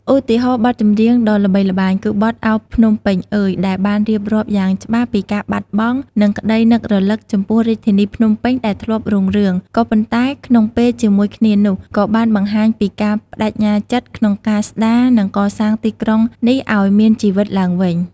ឧទាហរណ៍បទចម្រៀងដ៏ល្បីល្បាញគឺបទ "ឱ! ភ្នំពេញអើយ" ដែលបានរៀបរាប់យ៉ាងច្បាស់ពីការបាត់បង់ និងក្តីនឹករលឹកចំពោះរាជធានីភ្នំពេញដែលធ្លាប់រុងរឿង ក៏ប៉ុន្តែក្នុងពេលជាមួយគ្នានោះ ក៏បានបង្ហាញពី ការប្ដេជ្ញាចិត្ត ក្នុងការស្តារ និងកសាងទីក្រុងនេះឲ្យមានជីវិតឡើងវិញ។